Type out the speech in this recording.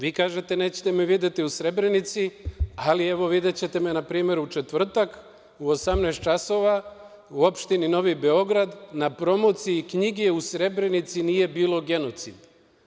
Vi kažete - nećete me videti u Srebrenici, ali, evo, videćete me, na primer, u četvrtak, u 18.00 časova, u opštini Novi Beograd, na promociji knjige "U Srebrenici nije bilo genocida"